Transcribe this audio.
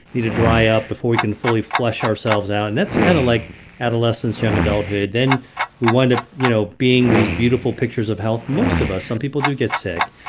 need to dry up before we can fully flush ourselves out and that's kind of like adolescence, young adulthood. then we wind up you know being these beautiful pictures of health, most of us. some people do get sick.